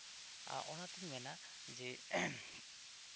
ᱚᱱᱟᱛᱤᱧ ᱢᱮᱱᱟ ᱡᱮ